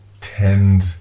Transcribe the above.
tend